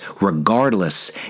regardless